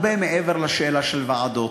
זה הרבה מעבר לשאלה של ועדות.